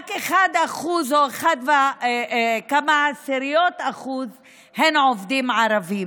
רק 1% או כמה עשיריות האחוז הם עובדים ערבים.